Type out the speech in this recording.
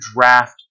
draft